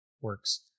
works